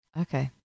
Okay